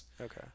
Okay